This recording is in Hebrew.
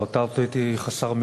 אתה הותרת אותי חסר מילים.